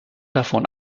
davon